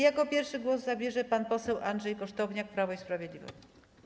Jako pierwszy głos zabierze pan poseł Andrzej Kosztowniak, Prawo i Sprawiedliwość.